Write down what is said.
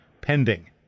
pending